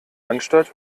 anstalt